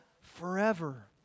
forever